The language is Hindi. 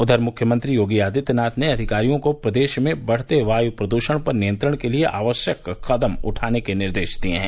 उधर मुख्यमंत्री योगी आदित्यनाथ ने अधिकारियों को प्रदेश में बढ़ते वायु प्रदूषण पर नियंत्रण के लिए आवश्यक कदम उठाने के निर्देश दिए हैं